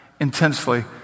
intensely